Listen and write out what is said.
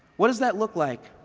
what does that look like?